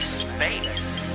space